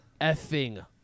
effing